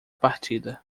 partida